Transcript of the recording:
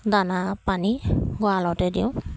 দানা পানী গঁড়ালতে দিওঁ